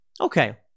okay